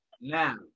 Now